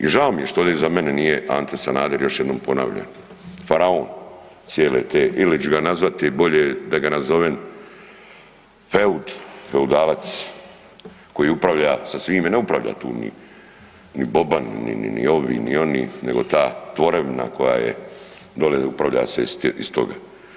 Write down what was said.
I žao mi je što ovdje iza mene nije Ante Sanader još jednom ponavljam, faraon cijele te ili ću ga nazvati, bolje da ga nazovem feud, feudalac koji upravlja sa svime, ne upravlja tu ni, ni Boban, ni ovi, ni oni, nego ta tvorevina koja je, dole upravlja se iz toga.